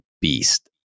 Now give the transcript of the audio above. beast